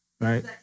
right